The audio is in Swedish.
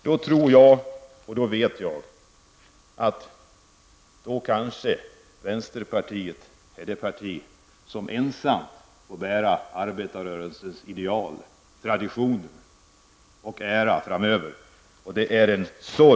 Om det skulle bli verklighet är vänsterpartiet det enda parti som står för arbetarrörelsen ideal, traditioner och ära framöver. Det är alltså med sorg som jag åser detta. Men hoppet finns ännu.